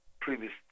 previous